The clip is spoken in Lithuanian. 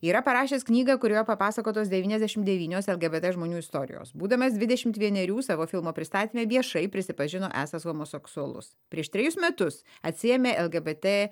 yra parašęs knygą kurioje papasakotos devyniasdešim devynios lgbt žmonių istorijos būdamas dvidešim vienerių savo filmo pristatyme viešai prisipažino esąs homoseksualus prieš trejus metus atsiėmė lgbt